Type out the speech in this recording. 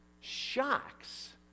shocks